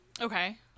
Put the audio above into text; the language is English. Okay